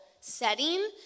setting